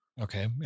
Okay